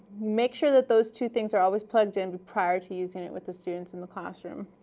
make sure that those two things are always plugged in prior to using it with the students in the classroom.